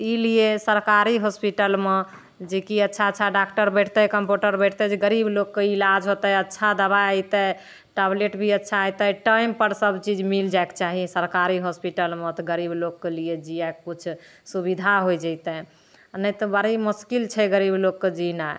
तऽ ई लिए सरकारी अस्पतालमे जेकि अच्छा अच्छा डॉकटर बैठतै कम्पाउण्डर बैठतै जे गरीब लोकके इलाज होतै अच्छा दवाइ अएतै टैबलेट भी अच्छा अएतै टाइमपर सबचीज मिलि जाइके चाही सरकारी हॉस्पिटलमे तऽ गरीब लोकके लिए जिएके किछु सुविधा होइ जइतै नहि तऽ बड़ी मोसकिल छै गरीब लोकके जिनाइ